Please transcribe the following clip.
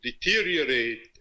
deteriorate